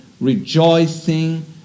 rejoicing